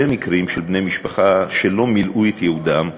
מקרים של בני-משפחה שלא מילאו את ייעודם,